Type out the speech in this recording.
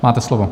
Máte slovo.